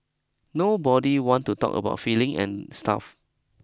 nobody want to talk about feelings and stuff